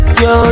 yo